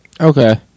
Okay